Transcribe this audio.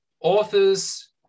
authors